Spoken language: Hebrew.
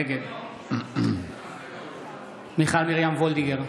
נגד מיכל מרים וולדיגר,